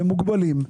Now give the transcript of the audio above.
והם מוגבלים,